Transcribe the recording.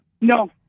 No